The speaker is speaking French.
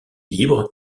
libre